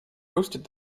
hosted